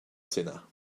sénat